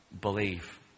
believe